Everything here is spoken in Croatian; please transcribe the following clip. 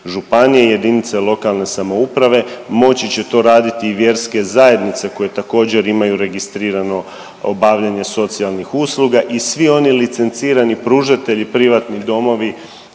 županije i jedinice lokalne samouprave, moći će to raditi i vjerske zajednice koje također, imaju registrirano obavljanje socijalnih usluga i svi oni licencirani pružatelji, privatni domovi,